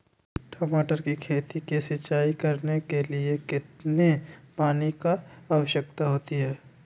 टमाटर की खेती के लिए सिंचाई करने के लिए कितने पानी की आवश्यकता होती है?